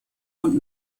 und